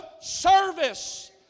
service